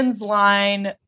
line